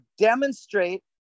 demonstrate